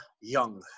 Young